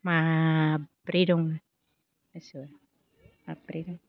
मा ब्रै दङ गासै मा ब्रै दं